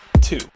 two